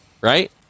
right